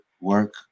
work